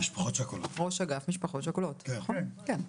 ראש אגף משפחות שכולות, נכון, כן.